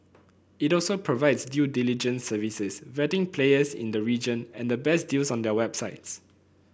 it also provides due diligence services vetting players in the region and the best deals on their websites